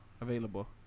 available